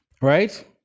Right